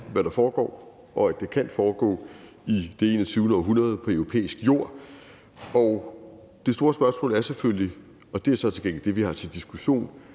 hvad der foregår, og at det kan foregå i det 21. århundrede på europæisk jord. Det store spørgsmål er selvfølgelig – og det er så til gengæld det, vi har til diskussion